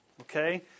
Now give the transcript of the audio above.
Okay